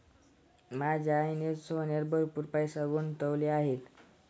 माझ्या आईने सोन्यात भरपूर पैसे गुंतवले आहेत